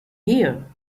here